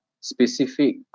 Specific